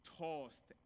tossed